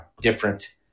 different